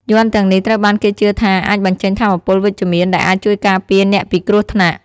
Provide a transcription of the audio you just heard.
យ័ន្តទាំងនេះត្រូវបានគេជឿថាអាចបញ្ចេញថាមពលវិជ្ជមានដែលអាចជួយការពារអ្នកពីគ្រោះថ្នាក់។